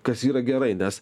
kas yra gerai nes